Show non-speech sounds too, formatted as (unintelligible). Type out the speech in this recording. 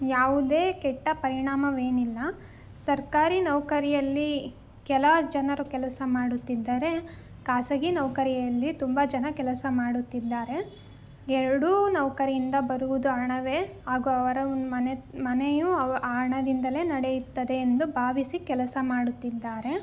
ಯಾವುದೇ ಕೆಟ್ಟ ಪರಿಣಾಮವೇನಿಲ್ಲ ಸರ್ಕಾರಿ ನೌಕರಿಯಲ್ಲಿ ಕೆಲ ಜನರು ಕೆಲಸ ಮಾಡುತ್ತಿದ್ದರೆ ಖಾಸಗಿ ನೌಕರಿಯಲ್ಲಿ ತುಂಬ ಜನ ಕೆಲಸ ಮಾಡುತ್ತಿದ್ದಾರೆ ಎರಡೂ ನೌಕರಿಯಿಂದ ಬರುವುದು ಹಣವೇ ಹಾಗೂ ಅವರ (unintelligible) ಮನೆ ಮನೆಯು ಅವ ಆ ಹಣದಿಂದಲೇ ನಡೆಯುತ್ತದೆ ಎಂದು ಭಾವಿಸಿ ಕೆಲಸ ಮಾಡುತ್ತಿದ್ದಾರೆ